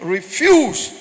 Refuse